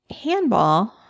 Handball